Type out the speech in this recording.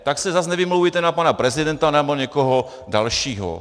Tak se zase nevymlouvejte na pana prezidenta nebo někoho dalšího!